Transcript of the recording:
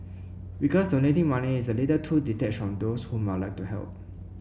because donating money is a little too detached on those whom I'd like to help